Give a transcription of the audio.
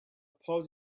pod